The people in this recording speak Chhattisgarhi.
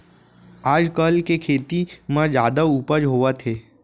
आजकाल के खेती म जादा उपज होवत हे